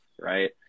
right